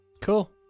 Cool